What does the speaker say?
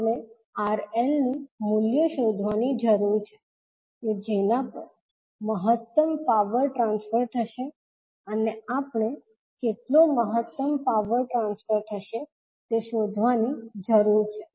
આપણે 𝑅𝐿 નું મૂલ્ય શોધવાની જરૂર છે કે જેના પર મહત્તમ પાવર ટ્રાન્સફર થશે અને આપણે કેટલો મહત્તમ પાવર ટ્રાન્સફર થશે તે શોધવાની જરૂર છે